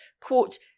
quote